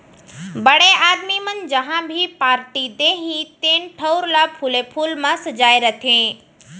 बड़े आदमी मन जहॉं भी पारटी देहीं तेन ठउर ल फूले फूल म सजाय रथें